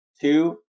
two